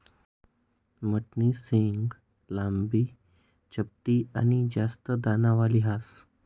मठनी शेंग लांबी, चपटी आनी जास्त दानावाली ह्रास